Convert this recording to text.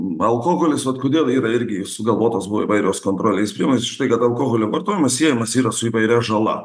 alkoholis vat kodėl yra irgi ir sugalvotos buvo įvairios kontrolės priemonės už tai kad alkoholio vartojimas siejamas yra su įvairia žala